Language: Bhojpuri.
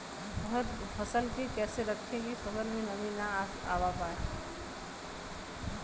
फसल के कैसे रखे की फसल में नमी ना आवा पाव?